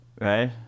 right